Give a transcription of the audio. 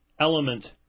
element